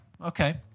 Okay